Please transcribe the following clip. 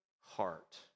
heart